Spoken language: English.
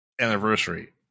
anniversary